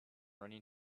running